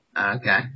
Okay